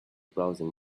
browsing